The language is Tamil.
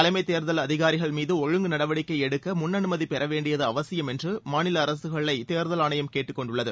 தலைமை தேர்தல் அதிகாரிகள் மீது ஒழுங்கு நடவடிக்கை எடுக்க முன் அனுமதி பெற வேண்டியது அவசியம் என்று மாநில அரசுகளை தேர்தல் ஆணையம் கேட்டுக்கொண்டுள்ளது